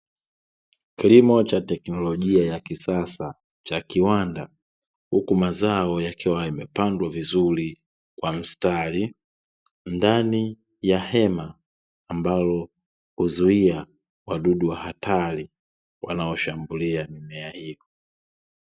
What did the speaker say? Kilimo cha Teknologia ya kisasa cha kiwanda huku mazao yakiwa yamepandwa vizuri kwa mstari ndani ya hema ambalo huzuia wadudu hatari wanaoshambulia mimea hiyo.